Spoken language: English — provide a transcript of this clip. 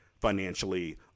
financially